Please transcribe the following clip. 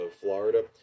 Florida